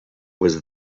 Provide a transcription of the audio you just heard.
was